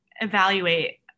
evaluate